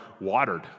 watered